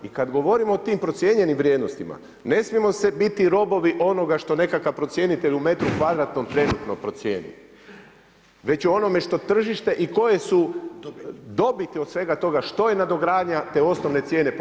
I kada govorimo o tim procijenjenim vrijednostima, ne smijemo se biti robovi onoga što nekakav procjenitelj u metru kvadratnom trenutno procijeni već u onome što tržište i koje su dobiti od svega toga, što je nadogradnja te osnovne cijene po